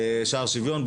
'שער שוויון',